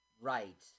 Right